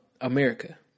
America